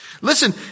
Listen